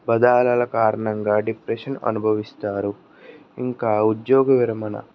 పదాలల కారణంగా డిప్రెషన్ అనుభవిస్తారు ఇంకా ఉద్యోగ విరమణ